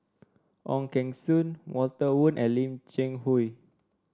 Ong Keng Sen Walter Woon and Lim Cheng Hoe